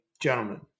gentlemen